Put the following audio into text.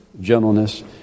gentleness